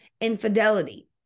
infidelity